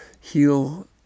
heal